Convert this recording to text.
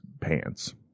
pants